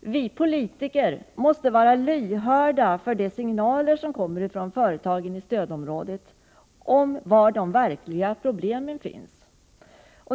Vi politiker måste vara lyhörda för de signaler som kommer från företagen i stödområdet om var de verkliga problemen finns.